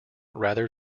rather